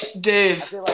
Dave